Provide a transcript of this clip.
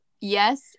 Yes